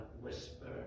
whisper